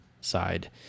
side